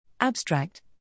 Abstract